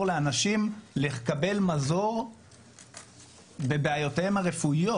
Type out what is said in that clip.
לאנשים לקבל מזור לבעיותיהם הרפואיות.